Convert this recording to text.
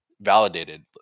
validated